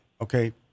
okay